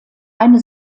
eine